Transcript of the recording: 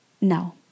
No